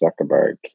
Zuckerberg